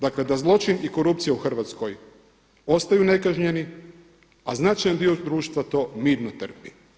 Dakle da zločin i korupcija u Hrvatskoj ostaju nekažnjeni a značajan dio društva to mirno trpi.